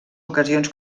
ocasions